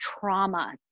trauma